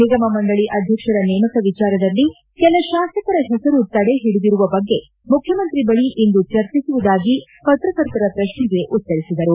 ನಿಗಮ ಮಂಡಳಿ ಅಧ್ಯಕ್ಷರ ನೇಮಕ ವಿಚಾರದಲ್ಲಿ ಕೆಲ ಶಾಸಕರ ಹೆಸರು ತಡೆಹಿಡಿದಿರುವ ಬಗ್ಗೆ ಮುಖ್ಯಮಂತ್ರಿ ಬಳಿ ಇಂದು ಚರ್ಚಿಸುವುದಾಗಿ ಸುದ್ದಿಗಾರರ ಪ್ರಶ್ನೆಗೆ ಉತ್ತರಿಸಿದರು